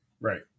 right